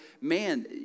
man